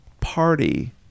party